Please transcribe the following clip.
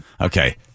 Okay